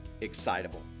excitable